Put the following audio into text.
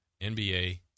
NBA